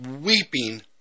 weeping